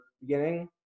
beginning